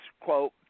quote